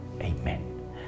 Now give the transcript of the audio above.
Amen